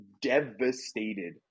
devastated